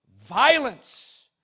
violence